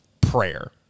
prayer